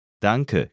Danke